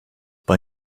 bei